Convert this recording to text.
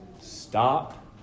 Stop